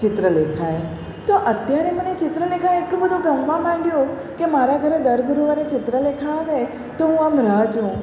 ચિત્રલેખાએ તો અત્યારે મને ચિત્રલેખા એટલું બધું ગમવા માંડ્યું કે મારા ઘરે દર ગુરુવારે ચિત્રલેખા આવે તો હું આમ રાહ જોઉં